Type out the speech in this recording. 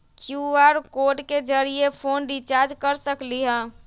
QR code के जरिय phone recharge कर सकली ह?